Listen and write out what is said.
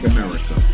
America